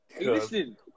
Listen